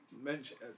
mention